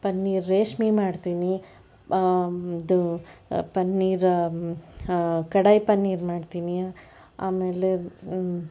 ಪನ್ನೀರ್ ರೇಶ್ಮಿ ಮಾಡ್ತೀನಿ ಅದು ಪನ್ನೀರ್ ಕಡಾಯ್ ಪನ್ನೀರ್ ಮಾಡ್ತೀನಿ ಆಮೇಲೆ